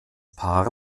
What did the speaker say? paar